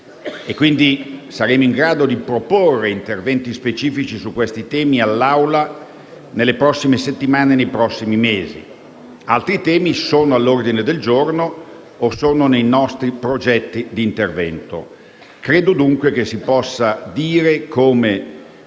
quindi, in grado di proporre all’Assemblea interventi specifici su questi temi nelle prossime settimane e nei prossimi mesi. Altri temi sono all’ordine del giorno o sono nei nostri progetti di intervento. Credo, dunque, che si possa dire che,